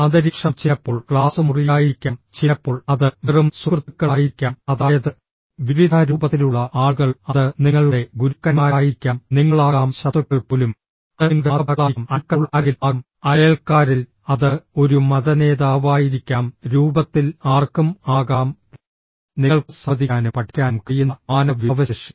അന്തരീക്ഷം ചിലപ്പോൾ ക്ലാസ് മുറിയായിരിക്കാം ചിലപ്പോൾ അത് വെറും സുഹൃത്തുക്കളായിരിക്കാം അതായത് വിവിധ രൂപത്തിലുള്ള ആളുകൾ അത് നിങ്ങളുടെ ഗുരുക്കന്മാരായിരിക്കാം നിങ്ങളാകാം ശത്രുക്കൾ പോലും അത് നിങ്ങളുടെ മാതാപിതാക്കളായിരിക്കാം അയൽപക്കത്തുള്ള ആരെങ്കിലും ആകാം അയൽക്കാരിൽ അത് ഒരു മതനേതാവായിരിക്കാം രൂപത്തിൽ ആർക്കും ആകാം നിങ്ങൾക്ക് സംവദിക്കാനും പഠിക്കാനും കഴിയുന്ന മാനവ വിഭവശേഷി